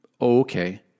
Okay